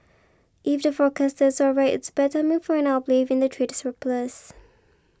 if the forecasters are right it's bad timing for an uplift in the trade surplus